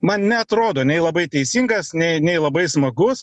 man neatrodo nei labai teisingas nei nei labai smagus